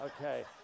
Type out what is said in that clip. Okay